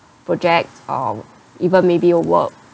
project or even maybe your work